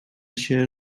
się